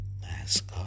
mask